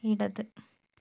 ഇടത്